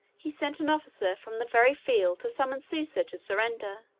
he sent an officer from the very field to summon susa to surrender.